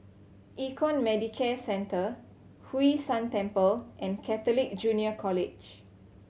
Econ Medicare Centre Hwee San Temple and Catholic Junior College